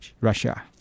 Russia